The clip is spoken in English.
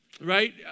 Right